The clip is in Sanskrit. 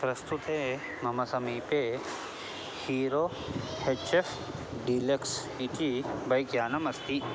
प्रस्तुते मम समीपे हीरो हेच् एफ़् डिलेक्स् इति बैक् यानम् अस्ति